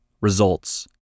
results